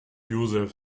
joseph